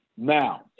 Now